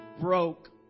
broke